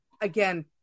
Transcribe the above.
Again